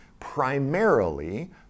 primarily